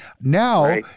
Now